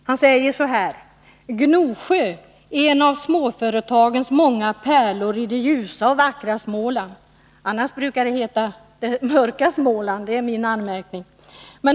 Han sade så här: ”——-— Gnosjö — en av småföretagsamhetens många pärlor i det ljusa och vackra Småland”. Annars brukar det ju heta det mörka Småland.